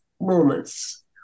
moments